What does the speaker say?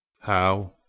How